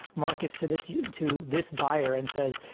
markets to this yeah to this buyer and says,